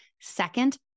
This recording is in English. Second